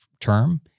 term